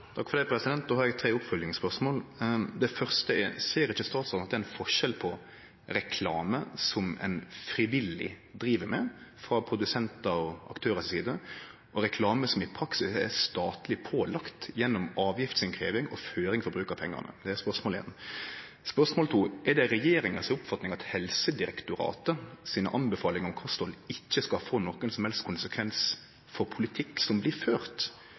første er: Ser ikkje statsråden at det er forskjell på reklame som ein frivillig driv med frå produsentane og aktørane si side, og reklame som i praksis er statleg pålagt, gjennom avgiftsinnkrevjing og føring for bruk av pengane? Det er spørsmål ein. Spørsmål to er: Er det regjeringas oppfatning at anbefalingane frå Helsedirektoratet om kosthald ikkje skal få nokon som helst konsekvens for politikken som blir ført?